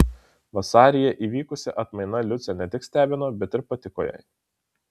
vasaryje įvykusi atmaina liucę ne tik stebino bet ir patiko jai